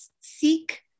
seek